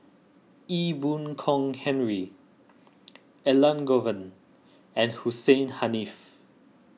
Ee Boon Kong Henry Elangovan and Hussein Haniff